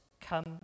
come